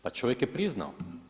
Pa čovjek je priznao.